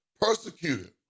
persecuted